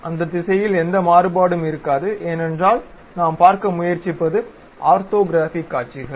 அந்த திசையில் எந்த மாறுபாடும் இருக்காது ஏனென்றால் நாம் பார்க்க முயற்சிப்பது ஆர்த்தோகிராஃபிக் காட்சிகள்